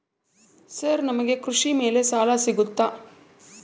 Sir ನಮಗೆ ಕೃಷಿ ಮೇಲೆ ಸಾಲ ಸಿಗುತ್ತಾ?